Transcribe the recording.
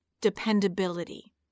dependability